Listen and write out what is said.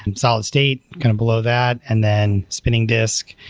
um solid state kind of below that and then spinning disk,